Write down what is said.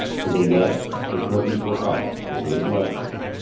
to the west the curtains were up, as he had left them.